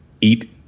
eat